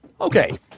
Okay